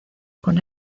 con